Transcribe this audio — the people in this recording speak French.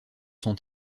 son